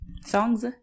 Songs